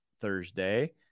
thursday